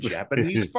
Japanese